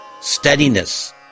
steadiness